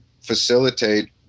facilitate